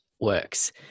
works